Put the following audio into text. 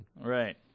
Right